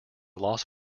las